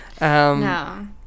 No